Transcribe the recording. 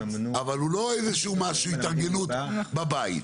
אבל הוא לא התארגנות בבית.